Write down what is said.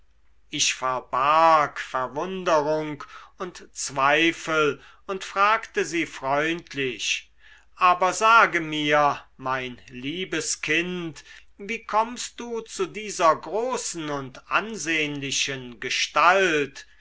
ich verbarg verwunderung und zweifel und fragte sie freundlich aber sage mir mein liebes kind wie kommst du zu dieser großen und ansehnlichen gestalt